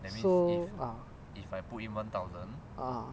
so ah ah